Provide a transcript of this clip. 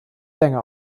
länger